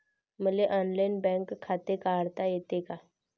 मले online bank खाते काढता येते का?